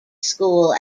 school